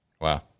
Wow